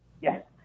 Yes